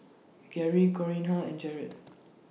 Gerri Corinna and Jarred